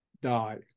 die